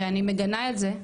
ואני מגנה את זה,